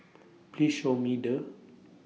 Please Show Me The